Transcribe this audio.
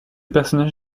personnage